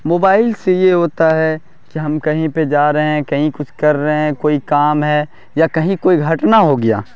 mobile سے یہ ہوتا ہے کہ ہم کہیں پہ جا رہے ہیں کہیں کچھ کر رہے ہیں کوئی کام ہے یا کہیں کوئی گھٹنا ہو گیا